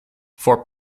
for